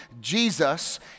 Jesus